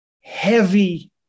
heavy